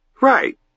Right